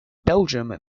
belgium